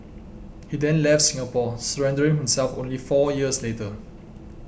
he then left Singapore surrendering himself only four years later